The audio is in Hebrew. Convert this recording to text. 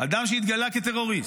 אדם שהתגלה כטרוריסט,